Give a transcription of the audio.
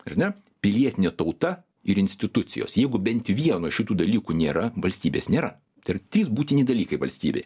ar ne pilietinė tauta ir institucijos jeigu bent vieno šitų dalykų nėra valstybės nėra tai yra trys būtini dalykai valstybėje